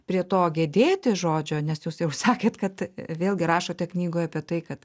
prie to gedėti žodžio nes jūs jau sakėt kad vėlgi rašote knygoj apie tai kad